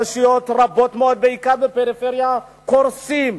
רשויות רבות מאוד, בעיקר בפריפריה, קורסות.